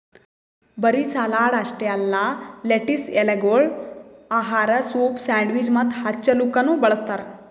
ಬರೀ ಸಲಾಡ್ ಅಷ್ಟೆ ಅಲ್ಲಾ ಲೆಟಿಸ್ ಎಲೆಗೊಳ್ ಆಹಾರ, ಸೂಪ್, ಸ್ಯಾಂಡ್ವಿಚ್ ಮತ್ತ ಹಚ್ಚಲುಕನು ಬಳ್ಸತಾರ್